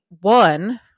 one